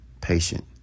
Patient